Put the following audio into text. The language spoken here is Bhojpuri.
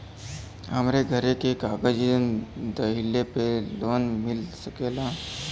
हमरे घरे के कागज दहिले पे लोन मिल सकेला?